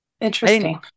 interesting